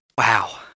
Wow